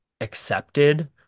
accepted